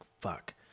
fuck